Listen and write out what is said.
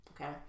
Okay